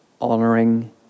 honoring